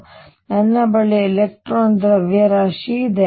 ಹಾಗಾಗಿ ನನ್ನ ಬಳಿ ಎಲೆಕ್ಟ್ರಾನ್ ದ್ರವ್ಯರಾಶಿ ಇದೆ